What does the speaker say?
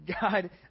God